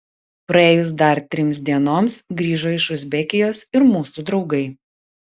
praėjus dar trims dienoms grįžo iš uzbekijos ir mūsų draugai